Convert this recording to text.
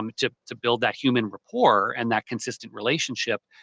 um to to build that human rapport and that consistent relationship,